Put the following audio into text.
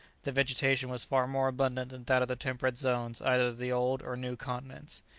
the vegetation was far more abundant than that of the temperate zones either of the old or new continents.